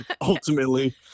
Ultimately